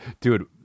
dude